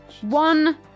one